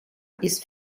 ist